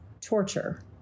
torture